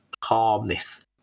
calmness